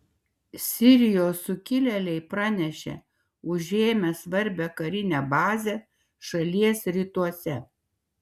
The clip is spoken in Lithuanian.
sirijos sukilėliai pranešė užėmę svarbią karinę bazę šalies rytuose